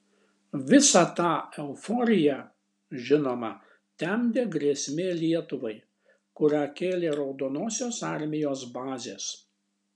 visą tą euforiją žinoma temdė grėsmė lietuvai kurią kėlė raudonosios armijos bazės